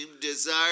desire